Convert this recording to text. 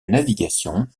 navigation